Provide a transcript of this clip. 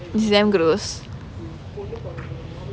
is damn gross